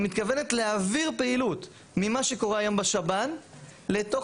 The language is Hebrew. היא מתכוונת להעביר פעילות ממה שקורה היום בשב"ן לתוך